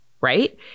right